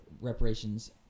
reparations